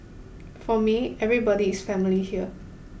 for me everybody is family here